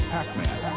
Pac-Man